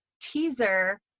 teaser